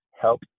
help